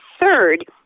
third